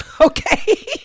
Okay